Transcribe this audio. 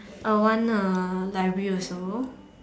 I'll want a library also